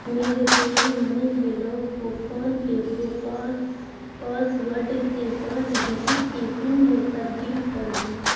میرے PayUmoney کے lock کو فون کے پاس پاس وڈ کے پانچ ڈزٹ کے پن میں تبدیل کر دو